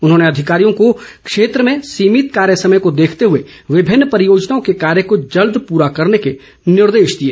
उन्होंने अधिकारियों को क्षेत्र में सीमित कार्य समय को देखते हुए विभिन्न परियोजनाओं के कार्यों को जल्द पूरा करने के निर्देश दिए